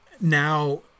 Now